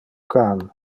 can